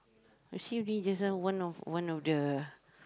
just now one of one of the